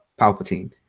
Palpatine